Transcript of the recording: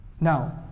Now